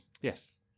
Yes